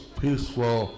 peaceful